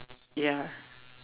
ya